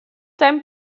time